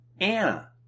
Anna